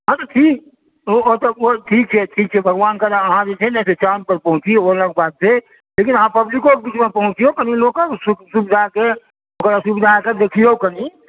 ठीक ओ तऽ ठीक छै ठीक छै भगवान करै अहाँ जे छै ने चाँद पर पहुँची ओ अलग बात छै लेकिन अहाँ पब्लिको बीचमे पहुँची कनि लोककेँ सुविधाके ओकर असुविधाके देखिऔ कनि